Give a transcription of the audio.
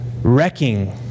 Wrecking